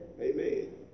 Amen